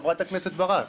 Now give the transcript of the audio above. רגע, חברת הכנסת ברק.